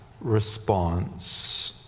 response